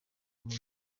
muri